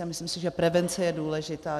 A myslím si, že prevence je důležitá.